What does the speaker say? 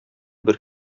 бер